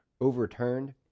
overturned